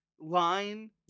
line